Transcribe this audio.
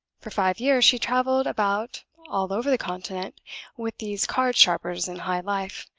for five years she traveled about all over the continent with these card-sharpers in high life,